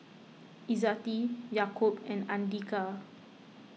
Izzati Yaakob and andika